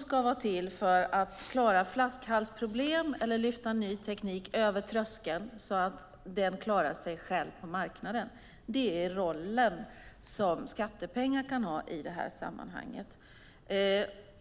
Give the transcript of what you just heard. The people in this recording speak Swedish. ska vara till för att klara flaskhalsproblem eller för att lyfta ny teknik över tröskeln så att den klarar sig själv på marknaden. Det är den roll som skattepengar kan ha i det här sammanhanget.